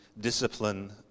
discipline